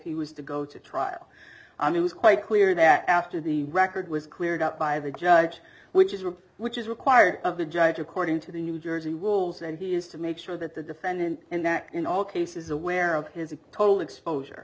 he was to go to trial and it was quite clear that after the record was cleared up by the judge which is work which is required of the judge according to the new jersey walls and he is to make sure that the defendant in that in all cases aware of his total exposure